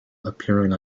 appearing